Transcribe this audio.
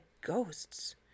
ghosts